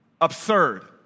Absurd